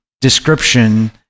description